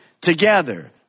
together